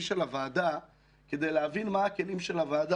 של הוועדה כדי להבין מה הכלים של הוועדה,